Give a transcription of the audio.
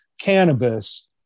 cannabis